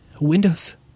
windows